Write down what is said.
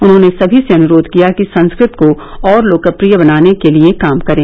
उन्होंने सभी से अनुरोध किया कि संस्कृत को और लोकप्रिय बनाने के लिए काम करें